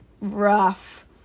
rough